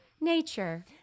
Nature